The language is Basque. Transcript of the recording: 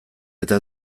eta